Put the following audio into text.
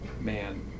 man